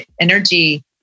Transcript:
energy